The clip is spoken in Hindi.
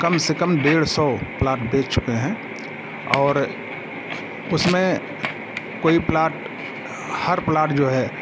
कम से कम डेढ़ सौ प्लाट बेच चुके हैं और उसमें कोई प्लाट हर प्लाट जो है